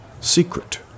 Secret